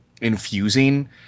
infusing